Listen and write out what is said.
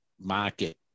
market